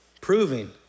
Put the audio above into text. Proving